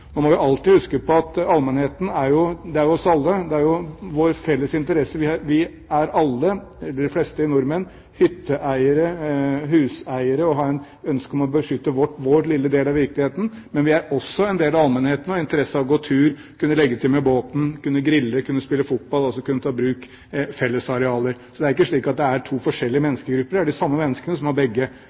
må alltid huske på at allmennheten er jo oss alle. Det er vår felles interesse. Vi er alle – eller de fleste nordmenn – hytteeiere og huseiere som har et ønske om å beskytte vår lille del av virkeligheten, men vi er også en del av allmennheten og har interesse av å gå tur, legge til med båten, grille, spille fotball – altså kunne ta i bruk fellesarealer. Så det er ikke slik at det er to forskjellige menneskegrupper her. Det er de samme menneskene som har begge